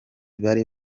bari